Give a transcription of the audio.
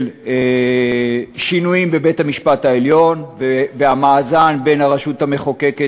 לשינויים בבית-המשפט העליון והמאזן בין הרשות המחוקקת,